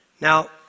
Now